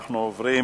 אנחנו עוברים